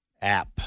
app